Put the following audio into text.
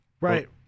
Right